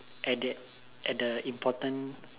at that at the important